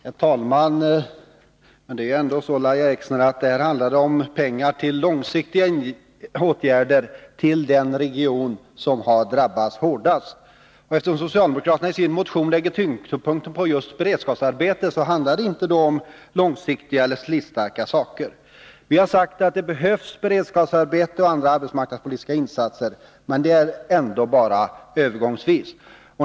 Herr talman! Det är väl ändå så, Lahja Exner, att det här handlar om pengar till långsiktiga åtgärder inom den region som har drabbats hårdast. Eftersom socialdemokraterna i sin motion lägger tyngdpunkten på just beredskapsarbeten, handlar det då inte om de långsiktiga åtgärder som krävs. Vi har sagt att det behövs beredskapsarbeten och andra arbetsmarknadspolitiska insatser, men bara övergångsvis.